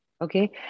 Okay